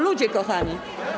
Ludzie kochani.